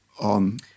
on